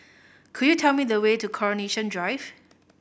could you tell me the way to Coronation Drive